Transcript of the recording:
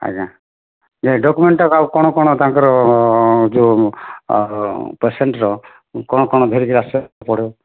ଆଜ୍ଞା ଯେ ଡକ୍ୟୁମେଣ୍ଟ୍ଟା ଆଉ କ'ଣ କ'ଣ ତାଙ୍କର ଯେଉଁ ପେସେଣ୍ଟ୍ର କ'ଣ କ'ଣ ଧରିକରି ଆସିବାକୁ ପଡ଼ିବ